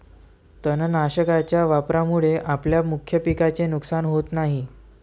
तणनाशकाच्या वापरामुळे आपल्या मुख्य पिकाचे नुकसान होत नाही